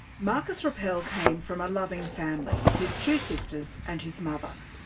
marcus rappel came from a loving family his two sisters and his mother.